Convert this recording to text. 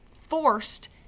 forced